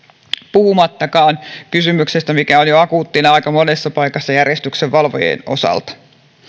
puhumattakaan kysymyksestä mikä on jo akuuttina aika monessa paikassa järjestyksenvalvojien osalta